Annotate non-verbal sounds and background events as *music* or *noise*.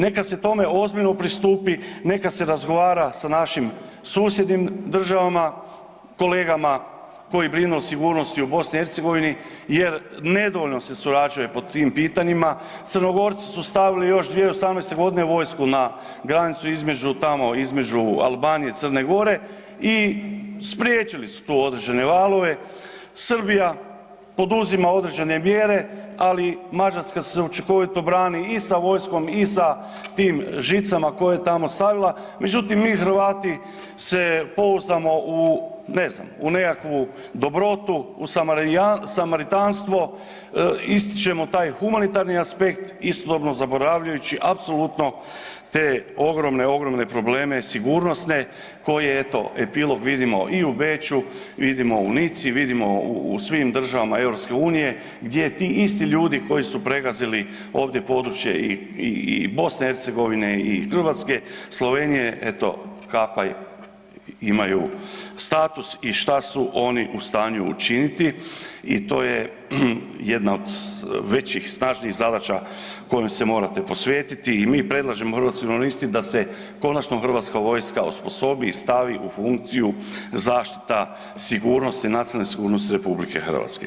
Neka se tome ozbiljno pristupi, nekad se razgovara sa našim susjednim državama, kolegama, koji brinu o sigurnosti u BiH jer nedovoljno se surađuje po tim pitanjima, Crnogorci su stavili još 2018. vojsku na granicu između tamo, između Albanije i Crne Gore i spriječili su tu određene valove, Srbija poduzima određene mjere, ali Mađarska se učinkovito brani i sa vojskom i sa tim žicama koje je tamo stavila, međutim, mi Hrvati se pouzdamo u ne znam, nekakvu dobrotu, u samaritanstvo, ističemo taj humanitarni aspekt, istodobno zaboravljaju apsolutno te ogromne, ogromne probleme sigurnosne koje, eto, epilog vidimo i u Beču, vidimo u Nici, vidimo u svim državama EU gdje ti isti ljudi koji su pregazili ovdje područje i BiH i Hrvatske, Slovenije, eto, ... *unintelligible* imaju status i što su oni u stanju učiniti i to je jedna od većih, snažnijih zadaća kojim se morate posvetiti i mi predlažemo, ... *unintelligible* da se konačno Hrvatska vojska osposobi i stavi u funkciju zaštita sigurnosti, nacionalne sigurnosti RH.